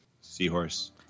Seahorse